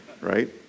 right